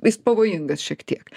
jis pavojingas šiek tiek